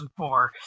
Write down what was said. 2004